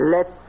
Let